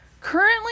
Currently